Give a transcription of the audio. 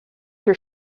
your